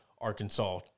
Arkansas